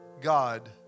God